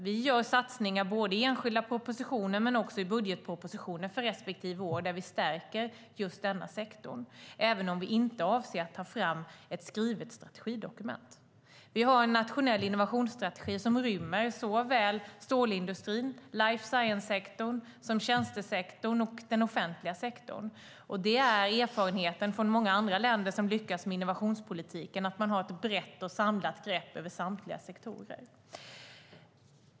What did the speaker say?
Vi gör satsningar både i enskilda propositioner och i budgetpropositionen för respektive år, där vi stärker just denna sektor, även om vi inte avser att ta fram ett skrivet strategidokument. Vi har en nationell innovationsstrategi som rymmer såväl stålindustrin och life science-sektorn som tjänstesektorn och den offentliga sektorn. Och det är erfarenheten från många andra länder som lyckats med innovationspolitiken, att man har ett brett och samlat grepp över samtliga sektorer.